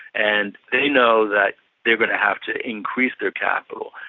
and they know that they're going to have to increase their capital,